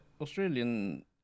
Australian